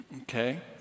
okay